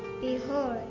Behold